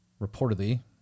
reportedly